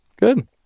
Good